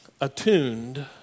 attuned